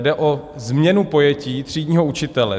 Jde o změnu pojetí třídního učitele.